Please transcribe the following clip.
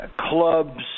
clubs